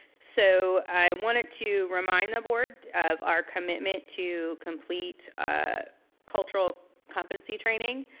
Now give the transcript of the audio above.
so, i wanted to remind the board of our commitment to complete ah cultural competency training,